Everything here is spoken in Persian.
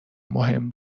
مهم